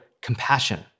compassion